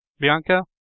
Bianca